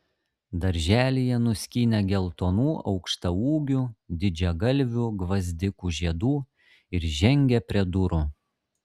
darželyje nuskynė geltonų aukštaūgių didžiagalvių gvazdikų žiedų ir žengė prie durų